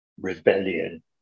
rebellion